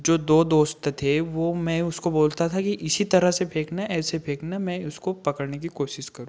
जो दो दोस्त थे वह मैं उसको बोलता था कि इसी तरह से फेंकना ऐसे फेंकना मैं उसको पकड़ने की कोशिश करूँगा